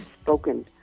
spoken